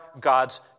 God's